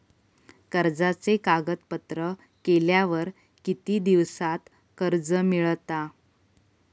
कर्जाचे कागदपत्र केल्यावर किती दिवसात कर्ज मिळता?